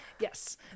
yes